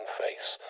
face